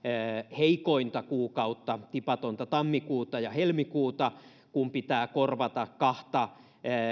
heikointa kuukautta tipatonta tammikuuta ja helmikuuta kun pitää korvata kahta